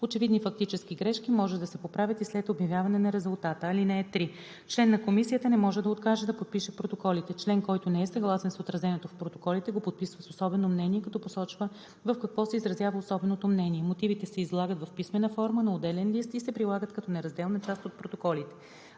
Очевидни фактически грешки може да се поправят и след обявяване на резултата. (3) Член на комисията не може да откаже да подпише протоколите. Член, който не е съгласен с отразеното в протоколите, го подписва с особено мнение, като посочва в какво се изразява особеното мнение. Мотивите се излагат в писмена форма на отделен лист и се прилагат като неразделна част от протоколите.